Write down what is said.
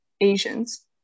asians